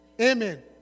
Amen